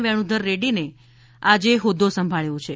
વેણુધર રેડ્ડી એ આજે હોદ્દો સંભાબ્યો છે